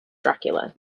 dracula